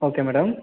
okay madam